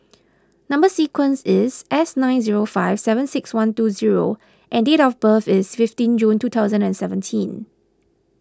Number Sequence is S nine zero five seven six one two zero and date of birth is fifteen June two thousand and seventeen